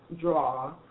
draw